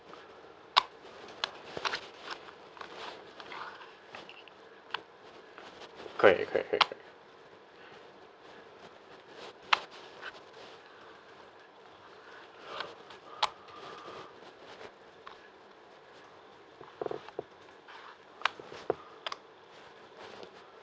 correct correct correct